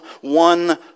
one